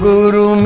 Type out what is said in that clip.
Guru